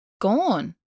gone